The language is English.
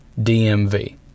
DMV